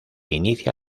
inicia